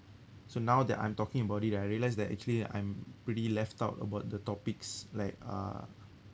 so now that I'm talking about it I realise that actually I'm pretty left out about the topics like uh